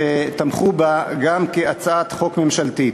שתמכו בה גם כהצעת חוק ממשלתית.